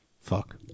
Fuck